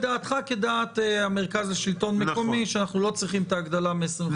דעתך כדעת מרכז השלטון המקומי שאנחנו לא צריכים את ההגדלה מ-25% ל-35%.